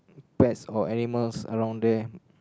pets or animals around there